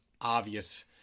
obvious